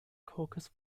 caucus